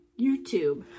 YouTube